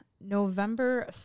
november